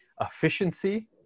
efficiency